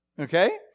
okay